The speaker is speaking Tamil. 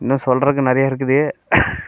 இன்னும் சொல்றதுக்கு நிறைய இருக்குது